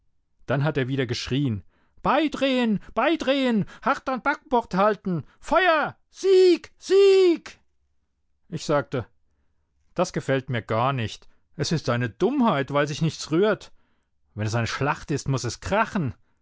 dann hat er wieder geschrien beidrehen beidrehen hart an backbord halten feuer sieg sieg ich sagte das gefällt mir gar nicht es ist eine dummheit weil sich nichts rührt wenn es eine schlacht ist muß es krachen